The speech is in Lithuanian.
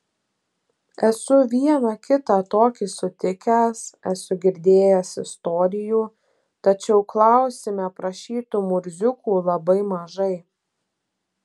esu vieną kitą tokį sutikęs esu girdėjęs istorijų tačiau klausime aprašytų murziukų labai mažai